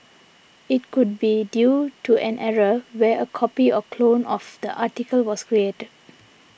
it could be due to an error where a copy or clone of the article was created